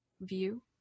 view